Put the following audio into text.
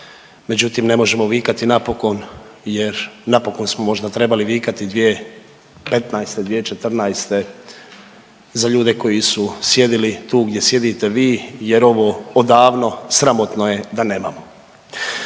međutim ne možemo vikati napokon jer napokon smo možda trebali vikati 2015., 2014. za ljude koji su sjedili tu gdje sjedite vi jer ovo odavno sramotno je da nemamo.